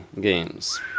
games